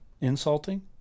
Insulting